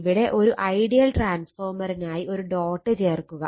ഇവിടെ ഒരു ഐഡിയൽ ട്രാൻസ്ഫോർമറിനായി ഒരു ഡോട്ട് ചേർക്കുക